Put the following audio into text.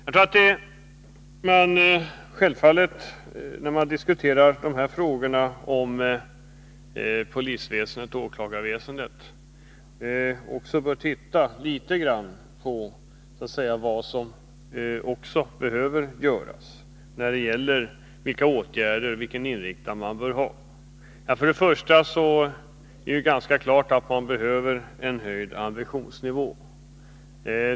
När man diskuterar polisväsendet och åklagarväsendet bör man självfallet också titta litet på vilken inriktning åtgärderna bör ha. Det är ganska klart att det behövs en höjd ambitionsnivå.